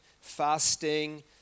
fasting